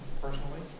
personally